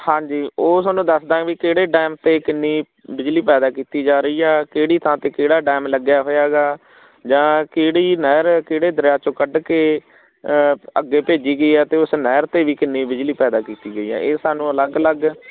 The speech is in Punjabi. ਹਾਂਜੀ ਉਹ ਸਾਨੂੰ ਦੱਸਦਾ ਵੀ ਕਿਹੜੇ ਡੈਮ 'ਤੇ ਕਿੰਨੀ ਬਿਜਲੀ ਪੈਦਾ ਕੀਤੀ ਜਾ ਰਹੀ ਆ ਕਿਹੜੀ ਥਾਂ 'ਤੇ ਕਿਹੜਾ ਡੈਮ ਲੱਗਿਆ ਹੋਇਆ ਹੈਗਾ ਜਾਂ ਕਿਹੜੀ ਨਹਿਰ ਕਿਹੜੇ ਦਰਿਆ 'ਚੋਂ ਕੱਢ ਕੇ ਅੱਗੇ ਭੇਜੀ ਗਈ ਆ ਅਤੇ ਉਸ ਨਹਿਰ 'ਤੇ ਵੀ ਕਿੰਨੀ ਬਿਜਲੀ ਪੈਦਾ ਕੀਤੀ ਗਈ ਹੈ ਇਹ ਸਾਨੂੰ ਅਲੱਗ ਅਲੱਗ